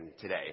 today